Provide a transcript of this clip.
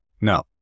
No